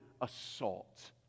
assault